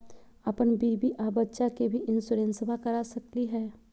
अपन बीबी आ बच्चा के भी इंसोरेंसबा करा सकली हय?